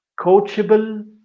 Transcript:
coachable